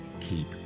keep